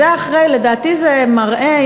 לדעתי זה מראה,